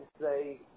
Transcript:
say